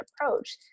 approach